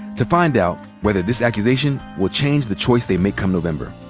to find out whether this accusation will change the choice they make come november.